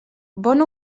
bon